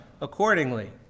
accordingly